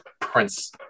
prince